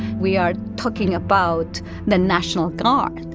we are talking about the national guard.